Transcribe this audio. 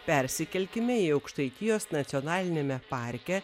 persikelkime į aukštaitijos nacionaliniame parke